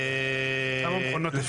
כמה מכונות יש בטבריה?